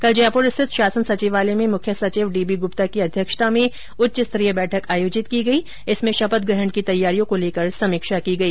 कल जयपुर स्थित शासन सचिवालय में मुख्य सचिव डीबी गुप्ता की अध्यक्षता में एक उच्चस्तरीय बैठक आर्योजित की गई जिसमें शपथग्रहण की तैयारियों को र्लेकर समीक्षा की गई